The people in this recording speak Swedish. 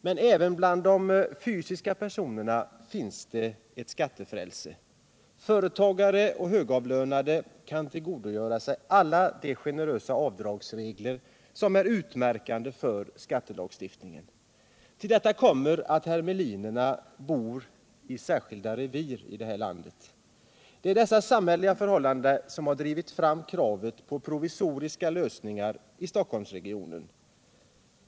Men även bland fysiska personer finns det ett skattefrälse. Företagare och högavlönade kan tillgodogöra sig alla de generösa avdragsregler som är utmärkande för skattelagstiftningen. Till detta kommer att hermelinerna bor i särskilda revir. Det är dessa samhälleliga förhållanden som har drivit fram kravet på provisoriska lösningar i Stockholmsregionen.